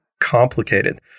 complicated